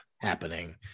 happening